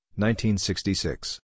1966